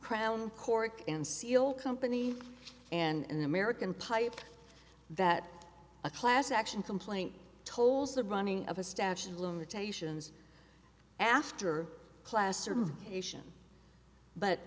crown court and seal company and american pipe that a class action complaint tolls the running of a statute of limitations after class or ation but